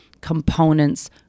components